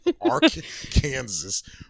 Arkansas